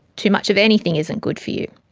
too much of anything isn't good for you,